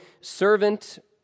servant